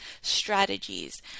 strategies